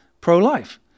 pro-life